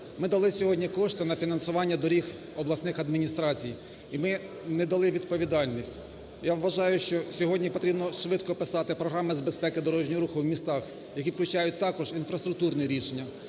Ми дали сьогодні кошти на фінансування доріг обласних адміністрацій і ми не дали відповідальність. Я вважаю, що сьогодні потрібно швидко писати програми з безпеки дорожнього руху в містах, які включають також інфраструктурні рішення,